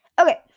Okay